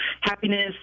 happiness